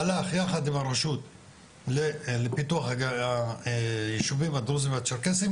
הלך יחד עם הרשות לפיתוח היישובים הדרוזים והצ'רקסים,